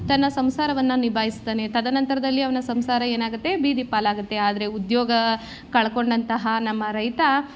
ತನ್ನ ಸಂಸಾರವನ್ನು ನಿಭಾಯಿಸ್ತಾನೆ ತದನಂತರದಲ್ಲಿ ಅವನ ಸಂಸಾರ ಏನಾಗುತ್ತೆ ಬೀದಿ ಪಾಲಾಗುತ್ತೆ ಆದರೆ ಉದ್ಯೋಗ ಕಳ್ಕೊಂಡಂತಹ ನಮ್ಮ ರೈತ